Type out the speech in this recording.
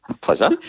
Pleasure